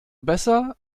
besser